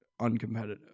uncompetitive